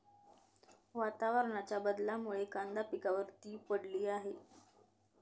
वातावरणाच्या बदलामुळे कांदा पिकावर ती पडली आहे